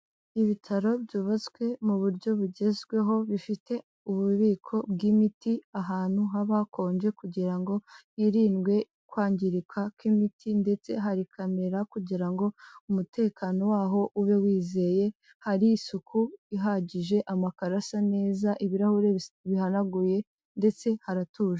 Ibitaro byubatswe mu buryo bugezweho bifite ububiko bw'imiti ahantu haba hakonje kugira ngo hirindwe kwangirika kw'imiti ndetse hari kamera kugira ngo umutekano waho ube wizeye hari isuku ihagije, amakarasa neza, ibirahure bihanaguye ndetse haratuje.